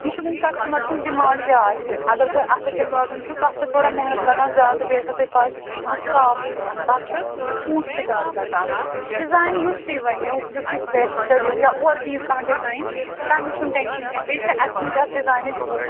یہِ چھُ وۅنۍ کَسٹٕمَر سٕنٛز ڈِمانٛڈ کیٛاہ آسہِ اگر تۄہہِ اَتھٕ تِلہٕ لاگُن چھُو تَتھ چھِ تھوڑا محنت لگان زیادٕ بیٚیہِ آسٮ۪وٕ تۄہہِ پےَ سُہ چھُ آسان صاف کٲم تَتھ چھُ پۅنٛسہٕ تہِ زیادٕ لَگان ڈِزایِن یُس تُہۍ ؤنِو یُس تُہۍ سِلٮ۪کٹہٕ کٔرِو یا اورٕ دِیِو کانٛہہ ڈِزایِن تَمِچ چھُنہٕ ٹٮ۪نشَن کیٚنٛہہ بیٚیہِ چھِ اَسہِ نِش اَکھ ڈِزاینٕچ بُک